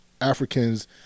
Africans